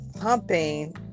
pumping